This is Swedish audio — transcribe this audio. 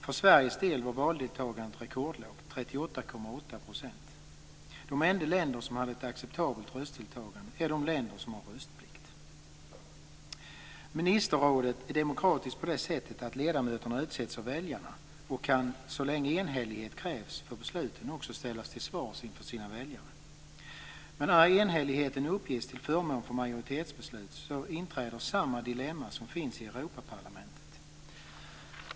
För Sveriges del var valdeltagandet rekordlågt, 38,8 %. De enda länder som hade ett acceptabelt röstdeltagande är de länder som har röstplikt! Ministerrådet är demokratiskt på det sättet att ledamöterna utses av väljarna och kan så länge enhällighet krävs för besluten också ställas till svars inför sina väljare. När enhälligheten uppges till förmån för majoritetsbeslut inträder samma dilemma som finns i Europaparlamentet.